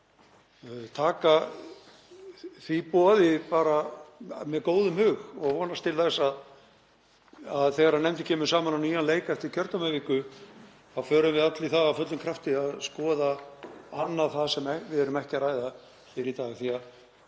taka því boði með góðum hug og vonast til þess að þegar nefndin kemur saman á nýjan leik eftir kjördæmaviku þá förum við öll í það af fullum krafti að skoða annað það sem við erum ekki að ræða hér í